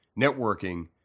networking